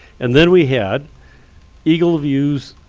and then we had eagle view's